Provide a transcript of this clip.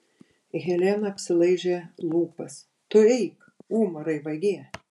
helena apsilaižė lūpas tu eik umarai vagie